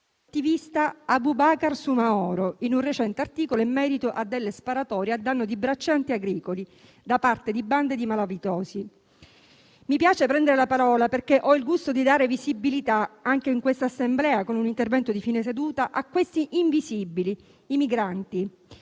dall'attivista Aboubakar Soumahoro in un recente articolo in merito a delle sparatorie a danno di braccianti agricoli da parte di bande di malavitosi. Mi piace prendere la parola, perché ho il gusto di dare visibilità anche in questa Assemblea, con un intervento di fine seduta, a questi invisibili, i migranti,